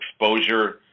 exposure